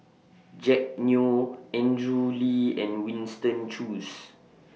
Jack Neo Andrew Lee and Winston Choos